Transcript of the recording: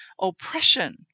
oppression